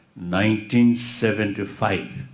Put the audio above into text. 1975